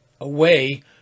away